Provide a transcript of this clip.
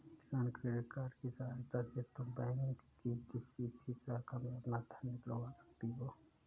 किसान credit card की सहायता से तुम बैंक की किसी भी शाखा से अपना धन निकलवा सकती हो